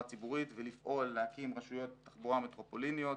ציבורית ולפעול להקים רשויות תחבורה מטרופוליניות,